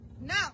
No